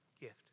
gift